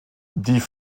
die